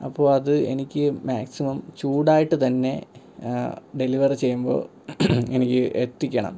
അപ്പോൾ അത് എനിക്ക് മാക്സിമം ചൂടായിട്ട് തന്നെ ഡെലിവറി ചെയ്യുമ്പോൾ എനിക്ക് എത്തിക്കണം